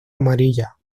amarilla